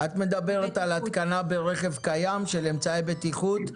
את מדברת על התקנה ברכב קיים של אמצעי בטיחות?